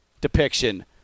depiction